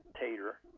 Tater